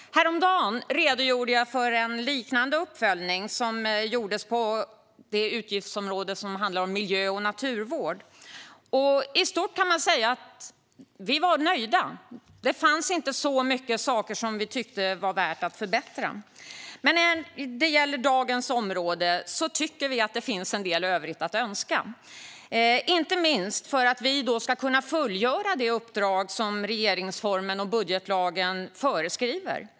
Häromdagen redogjorde jag för en liknande uppföljning som gjordes på utgiftsområdet om miljö och naturvård. Vi var i stort sett nöjda. Det fanns inte så mycket som var värt att förbättra. När det däremot gäller dagens område tycker vi att det finns en del i övrigt att önska. Det gäller inte minst för att vi ska kunna fullgöra det uppdrag som regeringsformen och budgetlagen föreskriver.